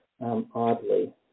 oddly